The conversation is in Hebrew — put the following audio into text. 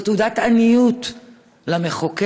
זו תעודת עניות למחוקק,